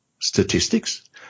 statistics